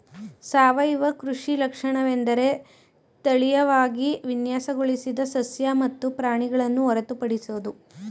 ಸಾವಯವ ಕೃಷಿ ಲಕ್ಷಣವೆಂದರೆ ತಳೀಯವಾಗಿ ವಿನ್ಯಾಸಗೊಳಿಸಿದ ಸಸ್ಯ ಮತ್ತು ಪ್ರಾಣಿಗಳನ್ನು ಹೊರತುಪಡಿಸೋದು